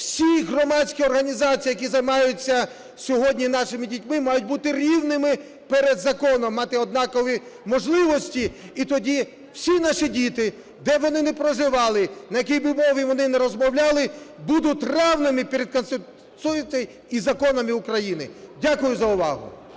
Всі громадські організації, які займаються сьогодні нашими дітьми, мають бути рівними перед законом, мати однакові можливості і тоді всі наші діти, де б вони не проживали, на якій би мові не розмовляли, будуть рівними перед Конституцією і законами України. Дякую за увагу.